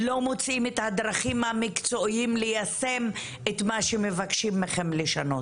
לא מוצאים את הדרכים המקצועיות ליישם את מה שמבקשים מכם לשנות.